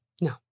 No